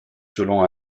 selon